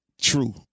true